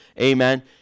amen